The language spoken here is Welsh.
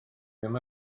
ddim